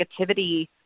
negativity